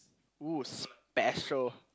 !oo! special